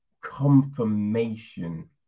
confirmation